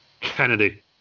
Kennedy